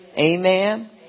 Amen